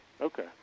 Okay